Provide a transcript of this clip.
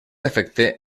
efecte